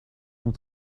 cent